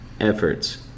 efforts